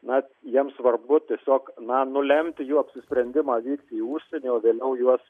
na jiems svarbu tiesiog na nulemti jų apsisprendimą vykti į užsienį o vėliau juos